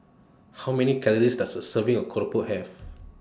How Many Calories Does A Serving of Keropok Have